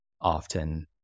often